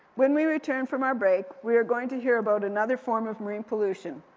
when we return from our break, we're going to hear about another form of marine pollution,